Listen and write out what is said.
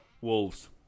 Wolves